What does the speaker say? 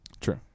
True